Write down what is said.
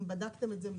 אם בדקתם את זה משפטית.